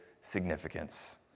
significance